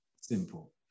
Simple